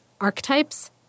archetypes